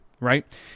right